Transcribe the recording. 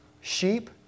Sheep